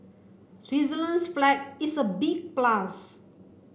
Switzerland's flag is a big plus